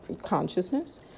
consciousness